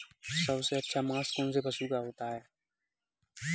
सबसे अच्छा मांस कौनसे पशु का होता है?